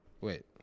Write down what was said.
Wait